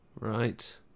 Right